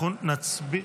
אנחנו נצביע